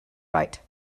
right